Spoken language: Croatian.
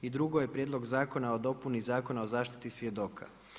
I drugo je Prijedlog zakona o dopuni Zakona o zaštiti svjedoka.